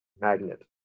magnet